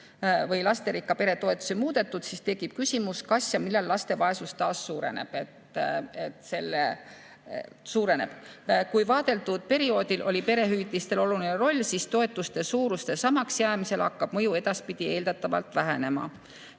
või lasterikka pere toetusi muudetud, siis tekib küsimus, kas ja millal laste vaesus taas suureneb. Kui vaadeldud perioodil oli perehüvitistel oluline roll, siis toetuste suuruste samaks jäämisel hakkab mõju edaspidi eeldatavalt vähenema.